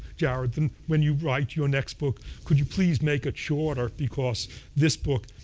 jared, when you write your next book, could you please make it shorter, because this book,